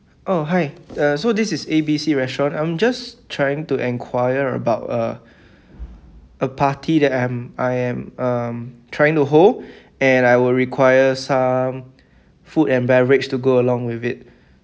oh hi uh so this is A_B_C restaurant I'm just trying to enquire about uh a party that I'm I am um trying to hold and I will require some food and beverage to go along with it